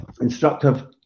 instructive